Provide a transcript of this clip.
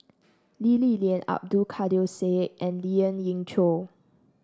Lee Li Lian Abdul Kadir Syed and Lien Ying Chow